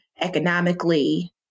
economically